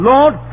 Lord